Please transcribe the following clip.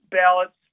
ballots